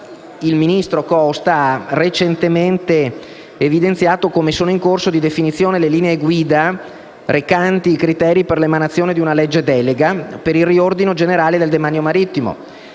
il ministro Costa ha recentemente evidenziato come sono in corso di definizione le linee guida recanti i criteri per l'emanazione di una legge delega per il riordino generale del demanio marittimo,